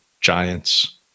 giants